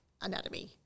anatomy